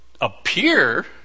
appear